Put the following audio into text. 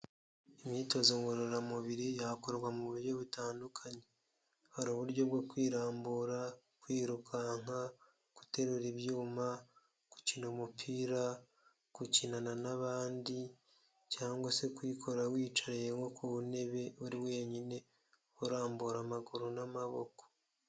Imyitozo ngororamubiri yakorwa mu buryo butandukanye. Hari uburyo bwo kwirambura, kwirukanka, guterura ibyuma, gukina umupira, gukinana n'abandi, cyangwa se kuyikora wiyicariye nko ku ntebe uri wenyine, urambura amaguru n'amaboko.